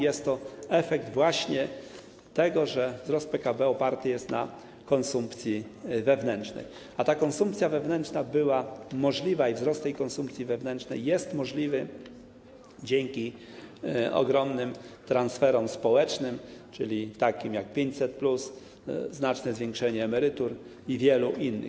Jest to efekt właśnie tego, że wzrost PKB oparty jest na konsumpcji wewnętrznej, a ta konsumpcja wewnętrzna była możliwa i wzrost tej konsumpcji wewnętrznej jest możliwy dzięki ogromnym transferom społecznym, takim jak 500+, znaczne zwiększenie emerytur i wiele innych.